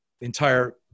entire